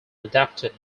adapted